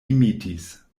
imitis